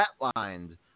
flatlined